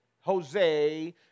Jose